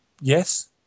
yes